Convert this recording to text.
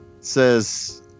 says